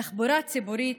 של תחבורה ציבורית,